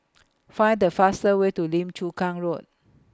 Find The fastest Way to Lim Chu Kang Road